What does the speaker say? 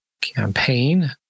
campaign